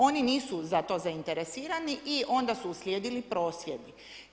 Oni nisu za to zainteresirani i onda su uslijedili prosvjedi.